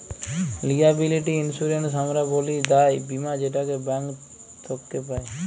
liability insurance হামরা ব্যলি দায় বীমা যেটাকে ব্যাঙ্ক থক্যে পাই